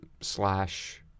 slash